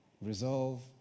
resolve